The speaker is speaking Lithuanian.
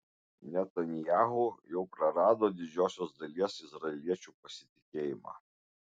netanyahu jau prarado didžiosios dalies izraeliečių pasitikėjimą